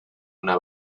una